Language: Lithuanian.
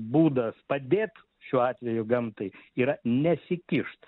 būdas padėt šiuo atveju gamtai yra nesikišt